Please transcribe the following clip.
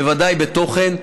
בוודאי בתוכן,